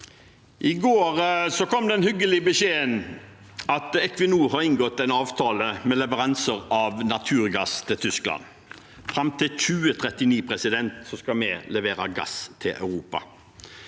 I går kom den hyggelige beskjeden at Equinor har inngått en avtale om leveranser av naturgass til Tyskland. Fram til 2039 skal vi levere gass til Europa.